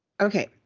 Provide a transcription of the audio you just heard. Okay